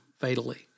fatally